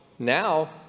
now